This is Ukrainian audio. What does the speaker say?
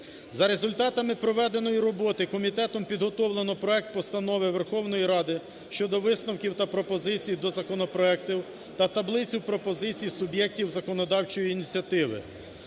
За результатами проведеної роботи комітетом підготовлено проект Постанови Верховної Ради щодо висновків та пропозицій до законопроектів та таблицю пропозицій суб'єктів законодавчої ініціативи.